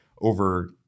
over